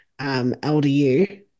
LDU